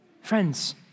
Friends